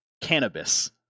cannabis